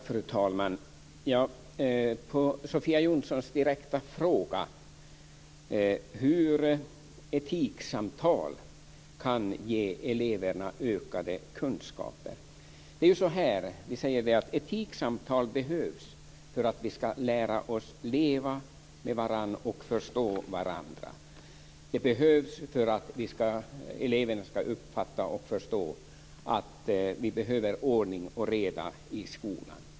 Fru talman! Jag ska svara på Sofia Jonssons direkta fråga hur etiksamtal kan ge eleverna ökade kunskaper. Vi säger att etiksamtal behövs för att vi ska lära oss leva med varandra och förstå varandra. De behövs för att eleverna ska uppfatta och förstå att vi behöver ordning och reda i skolan.